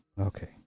Okay